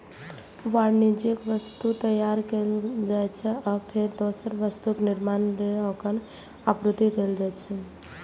वाणिज्यिक वस्तु तैयार कैल जाइ छै, आ फेर दोसर वस्तुक निर्माण लेल ओकर आपूर्ति कैल जाइ छै